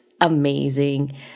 amazing